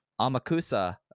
Amakusa